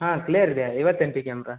ಹಾಂ ಕ್ಲಿಯರ್ ಇದೆ ಐವತ್ತು ಎಮ್ ಪಿ ಕ್ಯಾಮ್ರ